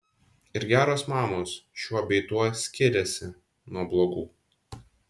ir geros mamos šiuo bei tuo skiriasi nuo blogų